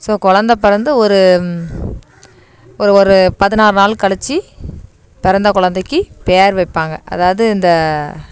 so குழந்த பிறந்து ஒரு ஒரு ஒரு பதினாறு நாள் கழிச்சி பிறந்த குழந்தைக்கி பெயர் வைப்பாங்க அதாவது இந்த